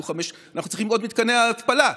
אנחנו צריכים עוד מתקני ההתפלה.